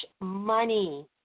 money